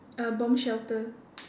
a bomb shelter